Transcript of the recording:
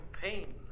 pain